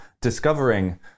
discovering